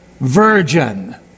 virgin